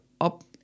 up